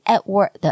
Edward